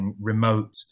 remote